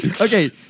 Okay